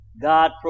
God